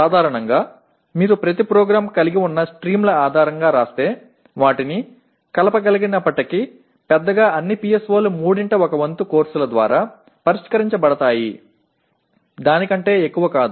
సాధారణంగా మీరు ప్రతి ప్రోగ్రామ్ కలిగి ఉన్న స్ట్రీమ్ల ఆధారంగా వ్రాస్తే వాటిని కలపగలిగినప్పటికీ పెద్దగా అన్ని PSOలు మూడింట ఒక వంతు కోర్సుల ద్వారా పరిష్కరించబడతాయి దాని కంటే ఎక్కువ కాదు